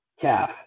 calf